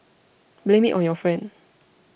blame me on your friend